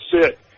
sit